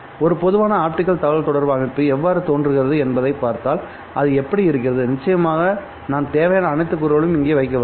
ஒரு பொதுவான ஆப்டிகல் தகவல்தொடர்பு அமைப்பு எவ்வாறு தோற்றமளிக்கிறது என்பதைப் பார்த்தால் இது எப்படி இருக்கிறது நிச்சயமாக நான் தேவையான அனைத்து கூறுகளையும் இங்கே வைக்கவில்லை